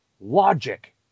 logic